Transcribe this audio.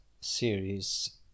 series